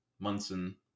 Munson